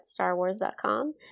StarWars.com